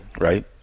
Right